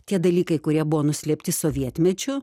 tie dalykai kurie buvo nuslėpti sovietmečiu